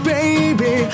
Baby